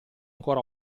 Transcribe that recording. ancora